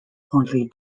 only